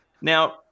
Now